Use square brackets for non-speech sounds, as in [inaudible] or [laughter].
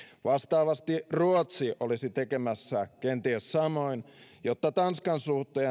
vastaavasti ruotsi olisi tekemässä kenties samoin jotta tanskan suhteen [unintelligible]